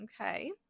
Okay